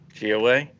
GOA